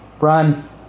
Run